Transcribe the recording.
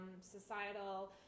societal